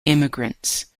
immigrants